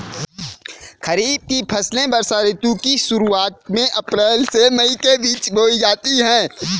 खरीफ की फसलें वर्षा ऋतु की शुरुआत में अप्रैल से मई के बीच बोई जाती हैं